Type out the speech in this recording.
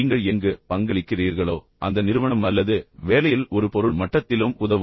நீங்கள் எங்கு பங்களிக்கிறீர்களோ அந்த நிறுவனம் அல்லது வேலையில் ஒரு பொருள் மட்டத்திலும் உதவும்